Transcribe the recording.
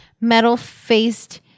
metal-faced